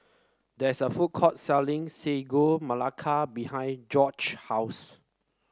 there is a food court selling Sagu Melaka behind Jorge house